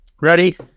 Ready